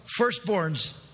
Firstborns